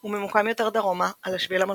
הוא ממוקם יותר דרומה, על ה"שביל המלכותי",